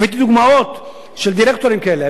הבאתי דוגמאות של דירקטורים כאלה.